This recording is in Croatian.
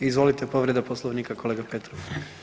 Izvolite, povreda Poslovnika, kolega Petrov.